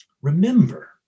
Remember